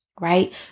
right